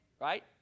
right